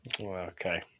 Okay